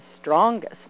strongest